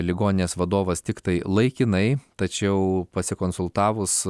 ligoninės vadovas tiktai laikinai tačiau pasikonsultavus